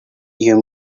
you